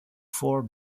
four